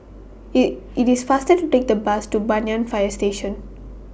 IT IT IS faster to Take The Bus to Banyan Fire Station